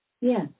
Yes